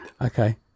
okay